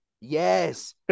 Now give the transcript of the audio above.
Yes